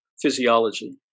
Physiology